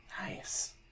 nice